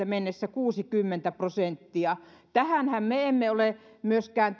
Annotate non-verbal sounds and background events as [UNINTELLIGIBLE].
[UNINTELLIGIBLE] mennessä kuusikymmentä prosenttia tähänhän me emme ole myöskään [UNINTELLIGIBLE]